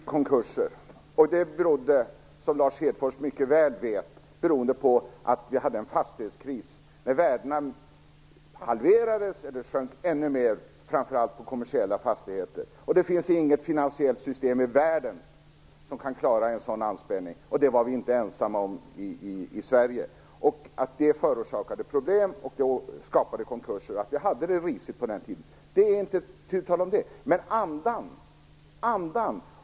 Fru talman! Ja, vi hade mycket konkurser, och det berodde, som Lars Hedfors mycket väl vet, på att vi hade en fastighetskris som innebar att värdena halverades eller sjönk ännu mer framför allt på kommersiella fastigheter. Det finns inget finansiellt system i världen som kan klara en sådan anspänning, och Sverige var heller inte ensamt om detta. Det förorsakade problem, och det skapade konkurser. Vi hade det risigt på den tiden, det är inte tu tal om det. Men andan - andan!